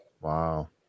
Wow